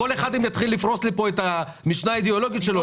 אי-אפשר שכל אחד יפרוס את המשנה האידיאולוגית שלו.